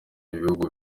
ibihugu